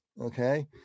okay